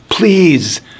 Please